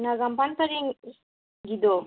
Nagamapal ꯄꯔꯦꯡꯒꯤꯗꯣ